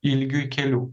ilgiui kelių